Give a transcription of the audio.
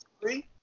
three